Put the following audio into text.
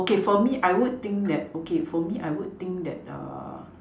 okay for me I would think that okay for me I would think that